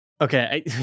Okay